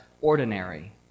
ordinary